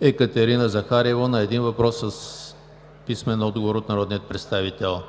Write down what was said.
Екатерина Захариева на един въпрос с писмен отговор от народния представител